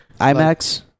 IMAX